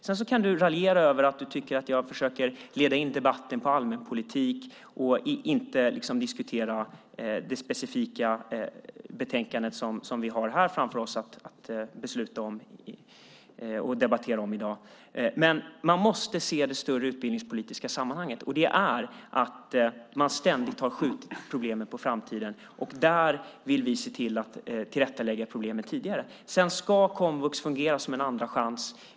Sedan kan du raljera över att du tycker att jag försöker leda in debatten på allmänpolitik och inte diskuterar det specifika betänkande som vi har framför oss att debattera om i dag. Vi måste ändå se det större utbildningspolitiska sammanhanget, och det är att man ständigt har skjutit problemen på framtiden. Där vill vi se till att komma till rätta med problemen tidigare. Sedan ska komvux fungera som en andra chans.